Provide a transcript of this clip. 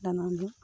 দানা দিওঁ